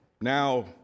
now